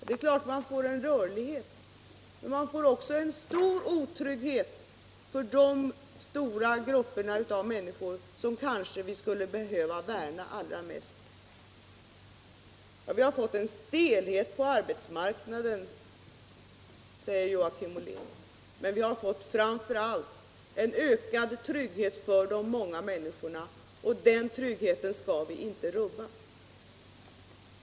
Det är klart att man får en rörlighet då, men man får också en stor otrygghet för de stora grupper av människor som vi kanske skulle behöva värna allra mest om. Vi har fått en stelhet på arbetsmarknaden, säger Joakim Ollen. Men vi har framför allt fått en ökad trygghet för de många människorna, och den tryggheten skall vi inte rubba.